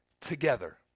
together